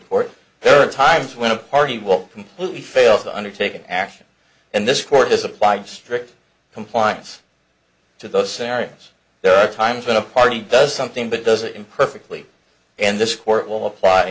court there are times when a party will completely fail to undertake an action and this court is applied strict compliance to those scenarios there are times when a party does something but does it imperfectly and this court will apply